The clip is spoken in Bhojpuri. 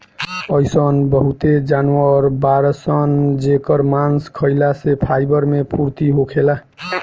अइसन बहुते जानवर बाड़सन जेकर मांस खाइला से फाइबर मे पूर्ति होखेला